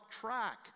track